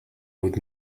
would